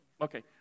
Okay